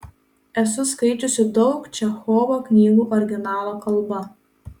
esu skaičiusi daug čechovo knygų originalo kalba